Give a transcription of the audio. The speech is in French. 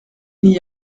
n’y